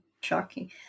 Shocking